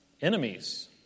enemies